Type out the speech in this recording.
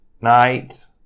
Night